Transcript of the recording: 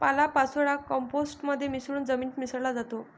पालापाचोळा कंपोस्ट मध्ये मिसळून जमिनीत मिसळला जातो